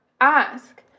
ask